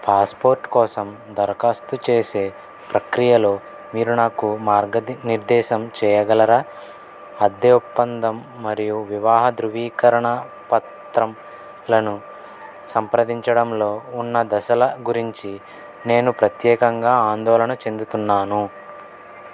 passport కోసం దరఖాస్తు చేసే ప్రక్రియలో మీరు నాకు మార్గది నిర్దేశం చెయ్యగలరా అద్దె ఒప్పందం మరియు వివాహ ధృవీకరణ పత్రంలను సంప్రదించడంలో ఉన్న దశల గురించి నేను ప్రత్యేకంగా ఆందోళన చెందుతున్నాను